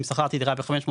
אם קיבלת הכנסות של 500